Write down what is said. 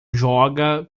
joga